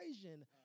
equation